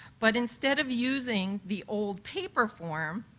but instead of using the old paper form,